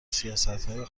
سیاستهای